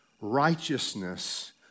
righteousness